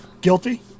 guilty